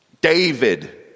David